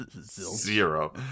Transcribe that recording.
Zero